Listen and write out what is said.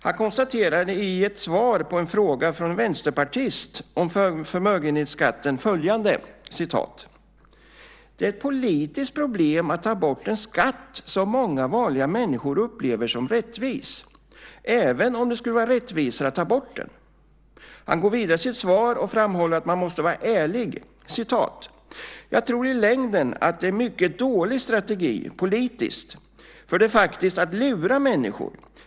Han konstaterade i ett svar på en fråga från en vänsterpartist om förmögenhetsskatten följande: "Det är ett politiskt problem att ta bort en skatt som många vanliga människor upplever som rättvis, även om det skulle vara rättvisare att ta bort den." Han går vidare i sitt svar och framhåller att man måste vara ärlig: "Det tror jag i längden är en mycket dålig strategi, politiskt, för det är ju faktiskt att lura människor.